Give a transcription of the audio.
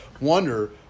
wonder